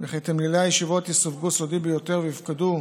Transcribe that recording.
וכי תמלילי הישיבות יסווגו "סודי ביותר" ויופקדו